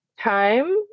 time